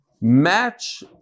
match